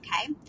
okay